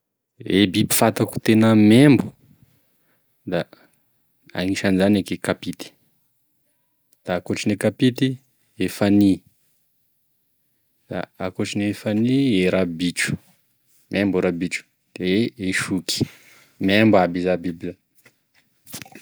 E biby fantako tena membo da agnisan'izany eky e kapity, da akoatrin'e kapity da e fany, da akoatrin'e fany e rabitro, membo e rabitro, de e soky, membo aby iza biby zany.